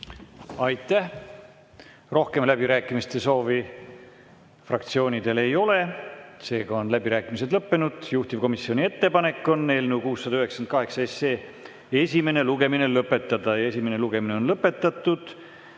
Aitäh! Rohkem läbirääkimiste soovi fraktsioonidel ei ole, seega on läbirääkimised lõppenud. Juhtivkomisjoni ettepanek on eelnõu 698 esimene lugemine lõpetada. Esimene lugemine on lõpetatud.